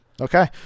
Okay